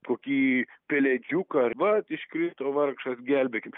kokį pelėdžiuką vat iškrito vargšas gelbėkit